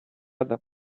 other